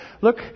look